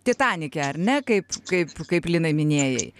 titanike ar ne kaip kaip kaip linai minėjai